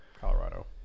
Colorado